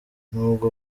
n’ubwo